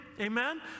amen